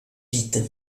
vite